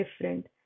different